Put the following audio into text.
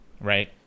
right